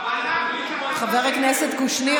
חבר הכנסת קושניר,